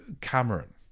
Cameron